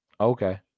Okay